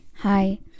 Hi